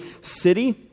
city